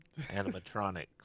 animatronics